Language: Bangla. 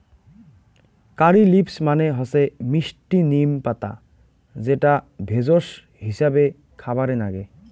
কারী লিভস মানে হসে মিস্টি নিম পাতা যেটা ভেষজ হিছাবে খাবারে নাগে